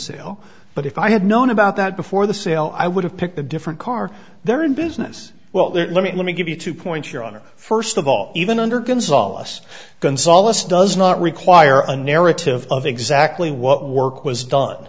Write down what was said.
sale but if i had known about that before the sale i would have picked a different car they're in business well let me let me give you two points your honor first of all even under gonzales gonzales does not require a narrative of exactly what work was done